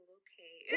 okay